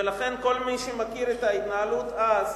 ולכן, כל מי שמכיר את ההתנהלות אז,